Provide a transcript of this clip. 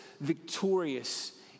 victorious